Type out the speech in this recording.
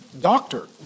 doctor